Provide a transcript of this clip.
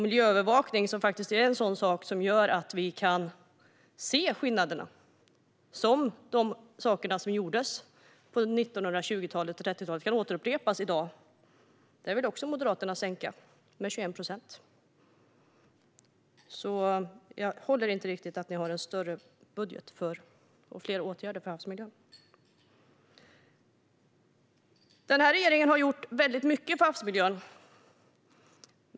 Miljöövervakningen, som gör att vi kan se skillnaderna och att sådant som gjordes på 20 och 30-talet kan upprepas i dag, vill Moderaterna också dra ned med 21 procent. Det håller alltså inte riktigt att ni har en större budget och fler åtgärder för havsmiljön. Regeringen har gjort mycket för havsmiljön.